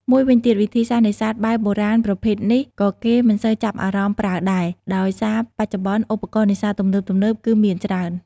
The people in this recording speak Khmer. មួយវិញទៀត វិធីសាស្រ្តនេសាទបែបបុរាណប្រភេទនេះ ក៏គេមិនសូវចាប់អារម្មណ៍ប្រើដែរ ដោយសារបច្ចុប្បន្នឧបករណ៍នេសាទទំនើបៗគឺមានច្រើន។